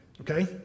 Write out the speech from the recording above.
okay